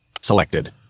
selected